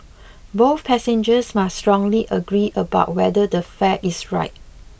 both passengers must strongly agree about whether the fare is right